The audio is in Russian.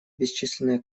бесчисленное